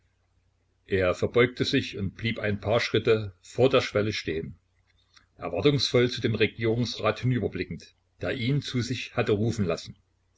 er verbeugte sich und blieb ein paar schritte vor der schwelle stehen erwartungsvoll zu dem regierungsrat hinüberblickend der ihn zu sich hatte rufen lassen